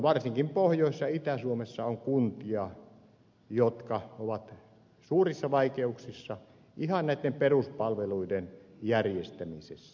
varsinkin pohjois ja itä suomessa on kuntia jotka ovat suurissa vaikeuksissa ihan näitten peruspalveluiden järjestämisessä